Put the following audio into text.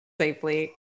safely